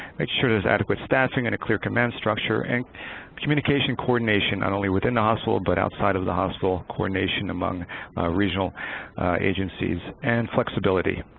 make sure there's adequate staffing and a clear command structure and communication coordination not only within the hospital but outside of the hospital, coordination among regional agencies and flexibility.